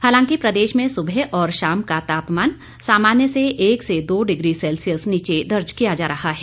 हालांकि प्रदेश में सुबह और शाम का तापमान सामान्य से एक से दो डिग्री सेल्सियस नीचे दर्ज किया जा रहा है